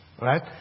Right